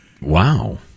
Wow